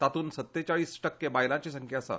तांतूत सत्तेचाळ टक्के बायलांची संख्या आसा